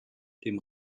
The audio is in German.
dem